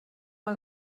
mal